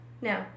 No